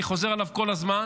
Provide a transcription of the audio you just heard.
אני חוזר עליו כל הזמן,